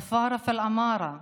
(אומרת בערבית: